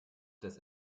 des